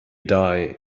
die